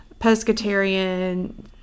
pescatarian